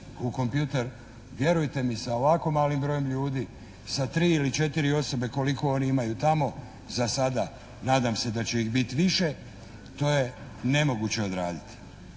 u kompjutor. Vjerujte mi, sa ovako malim brojem ljudi, sa 3 ili 4 osobe koliko oni imaju tamo, za sada, nadam se da će ih biti više, to je nemoguće odraditi.